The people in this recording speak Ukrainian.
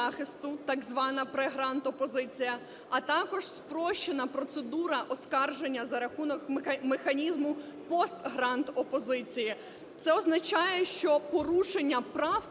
так звана "pre-grant опозиція", а також спрощена процедура оскарження за рахунок механізму "post-grant опозиції". Це означає, що порушення прав